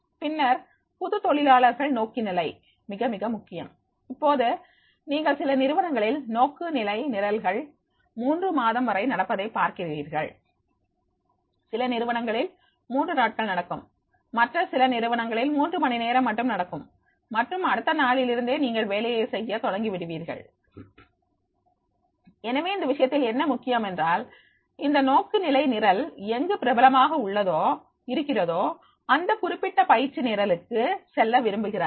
பின்னர் புது தொழிலாளர்கள் நோக்குநிலை மிக மிக முக்கியம் இப்பொழுது நீங்கள் சில நிறுவனங்களில் நோக்குநிலை நிரல்கள் மூன்று மாதம் வரை நடப்பதை பார்க்கிறீர்கள் சில நிறுவனங்களில் மூன்று நாட்கள் நடக்கும் மற்றும் சில நிறுவனங்களில் மூன்று மணி நேரம் மட்டும் நடக்கும் மற்றும் அடுத்த நாளிலிருந்தே நீங்கள் வேலையை செய்ய தொடங்கி விடுவீர்கள் எனவே இந்த விஷயத்தில் என்ன முக்கியம் என்றால் இந்த நோக்கு நிலை நிரல் எங்கு பிரபலமாக இருக்கிறதோ இந்த குறிப்பிட்ட பயிற்சி நிரலுக்கு செல்ல விரும்புகிறார்கள்